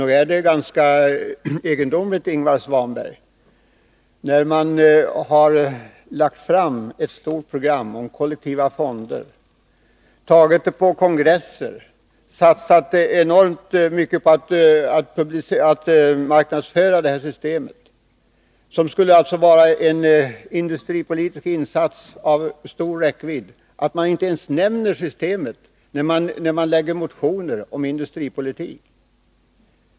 Nog är det ganska egendomligt, Ingvar Svanberg, att ni, när ni har lagt fram ett stort program om kollektiva fonder, antagit det på kongresser och satsat enormt på att marknadsföra detta system, som skulle vara en industripolitisk insats av stor räckvidd, inte ens nämner systemet när ni väcker motioner om industripolitik.